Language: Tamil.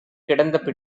கிடந்த